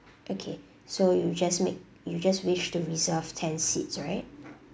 okay so you just make you just wish to reserve ten seats right